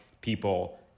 people